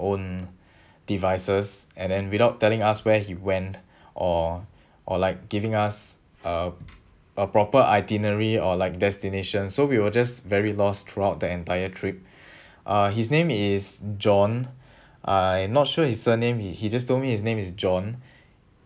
own devices and then without telling us where he went or or like giving us a a proper itinerary or like destination so we were just very lost throughout the entire trip uh his name is john I not sure his surname he he just told me his name is john